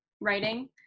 writing